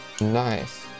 Nice